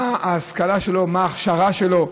מה ההשכלה שלו, מה ההכשרה שלו.